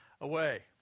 away